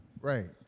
Right